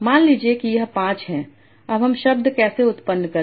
मान लीजिए कि यह 5 है अब हम शब्द कैसे उत्पन्न करें